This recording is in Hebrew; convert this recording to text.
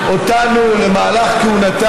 צועק: אורן חזן.